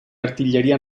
artiglieria